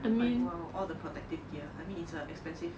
like !wow! all the protective gear I mean it is a expensive